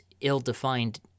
ill-defined